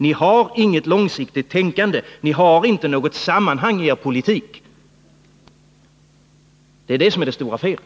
Ni har inget långsiktigt tänkande. Ni har inte något sammanhang i er politik. Det är det som är det stora felet.